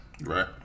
Right